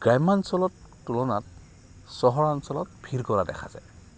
গ্ৰাম্যাঞ্চলৰ তুলনাত চহৰ অঞ্চলত ভীৰ কৰা দেখা যায়